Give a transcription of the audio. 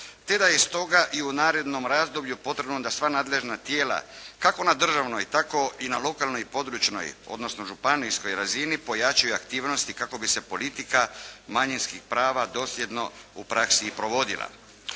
te da je stoga i u narednom razdoblju potrebno da sva nadležna tijela kako na državnoj tako i na lokalnoj i područnoj odnosno županijskoj razini pojačaju aktivnosti kako bi se politika manjinskih prava dosljedno u praksi i provodila.